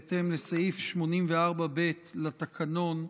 בהתאם לסעיף 84(ב) לתקנון,